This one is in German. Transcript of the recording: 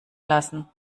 lassen